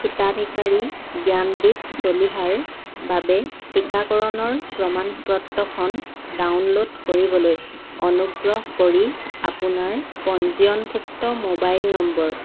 হিতাধিকাৰী জ্ঞানদীপ চলিহাৰ বাবে টীকাকৰণৰ প্ৰমাণ পত্ৰখন ডাউনলোড কৰিবলৈ অনুগ্ৰহ কৰি আপোনাৰ পঞ্জীয়নভুক্ত মোবাইল নম্বৰ